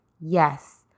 Yes